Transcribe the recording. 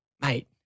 mate